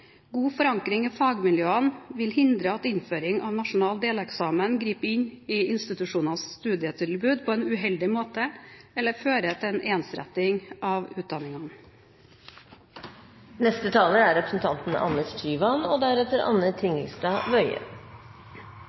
God forankring i fagmiljøene vil hindre at innføring av nasjonal deleksamen griper inn i institusjonenes studietilbud på en uheldig måte eller fører til en ensretting av utdanningene. Takk til saksordføreren for en godt utført jobb. Dette er